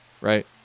right